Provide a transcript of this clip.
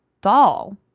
doll